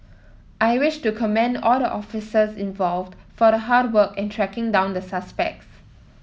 I wish to commend all the officers involved for the hard work in tracking down the suspects